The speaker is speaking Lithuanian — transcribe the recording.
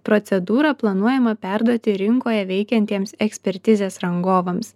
procedūrą planuojama perduoti rinkoje veikiantiems ekspertizės rangovams